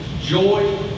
joy